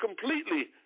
completely